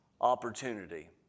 opportunity